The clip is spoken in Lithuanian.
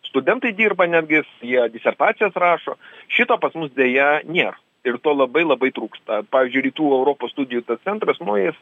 studentai dirba netgi jie disertacijas rašo šito pas mus deja nier ir to labai labai trūksta pavyzdžiui rytų europos studijų centras nu jis